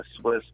Swiss